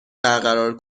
برقرار